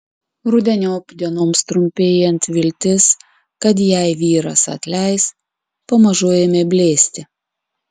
rudeniop dienoms trumpėjant viltis kad jai vyras atleis pamažu ėmė blėsti